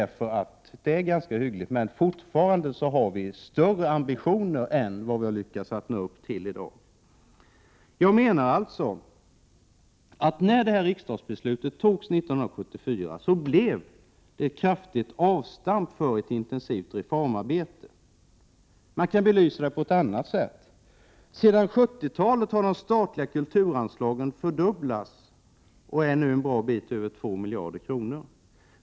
Resultatet är ganska hyggligt, men fortfarande har vi större ambitioner än vi har lyckats nå upp till i dag. Jag menar alltså att det riksdagsbeslut som fattades 1974 blev ett kraftigt avstamp för ett intensivt reformarbete. Man kan belysa det på ett annat sätt. Sedan 70-talet har de statliga kulturanslagen fördubblats och är nu en bra bit över 2 miljarder kronor.